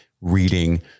reading